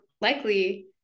likely